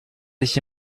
sich